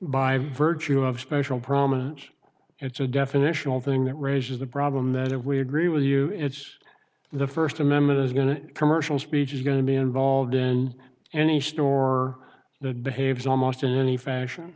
by virtue of special prominence and it's a definitional thing that raises the problem that we agree with you it's the first amendment is going to commercial speech is going to be involved in any store that behaves almost in any fashion